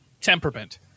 temperament